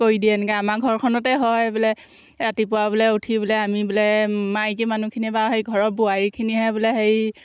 কৰি দিয়ে এনেকৈ আমাৰ ঘৰখনতে হয় বোলে ৰাতিপুৱা বোলে উঠি বোলে আমি বোলে মাইকী মানুহখিনি বা সেই ঘৰৰ বোৱাৰীখিনিহে বোলে সেই